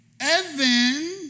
Evan